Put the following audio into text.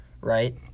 right